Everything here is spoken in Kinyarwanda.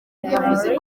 yavuze